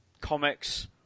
comics